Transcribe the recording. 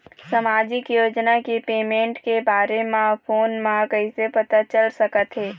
सामाजिक योजना के पेमेंट के बारे म फ़ोन म कइसे पता चल सकत हे?